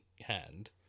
hand